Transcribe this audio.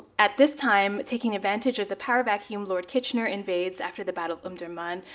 at this time, taking advantage of the power vacuum lord kitchener invades after the battle of umdurman.